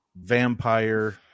vampire